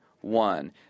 one